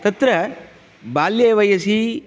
तत्र बाल्ये वयसि